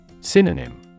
Synonym